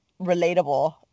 relatable